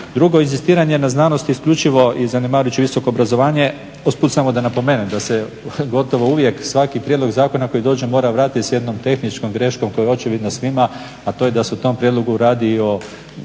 Drugo, inzistiranje na znanosti isključivo i zanemarujući visoko obrazovanje, usput samo da napomenem da se gotovo uvijek svaki prijedlog zakona koji dođe mora vratiti s jednom tehničkom greškom koja je očevidna svima, a to je da se u tom prijedlogu radi i o